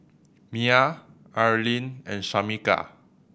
Mia Arlyne and Shamika